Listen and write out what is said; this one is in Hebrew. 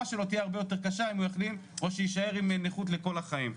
שלו תהיה הרבה יותר קשה אם הוא יחלים או שהוא יישאר עם נכות לכל החיים.